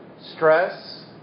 stress